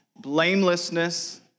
Blamelessness